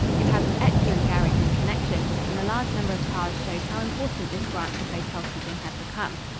it has an excellent garage in connection and the large number of cars showed how important this branch of hotel-keeping had become.